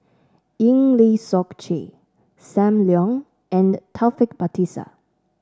Eng Lee Seok Chee Sam Leong and Taufik Batisah